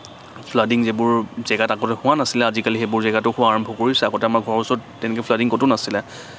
flooding যিবোৰ জাগাত আগতে হোৱা নাছিলে আজিকালি সেইবোৰ জাগাতো হোৱা আৰম্ভ কৰিছে আগতে আমাৰ ঘৰৰ ওচৰত তেনেকে ফ্লাডিং ক'তো নাছিলে